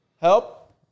help